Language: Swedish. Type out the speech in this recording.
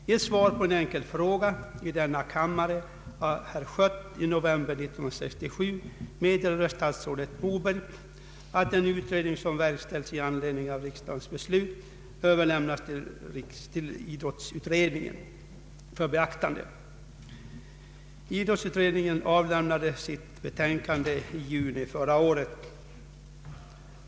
I ett svar på en enkel fråga i denna kammare av herr Schött i november 1967 meddelade statsrådet Moberg att den utredning som verkställts i anledning av riksdagens beslut överlämnats till idrottsutredningen för beaktande. Idrottsutredningen avlämnade sitt betänkande i juli förra året.